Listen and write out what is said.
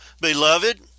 Beloved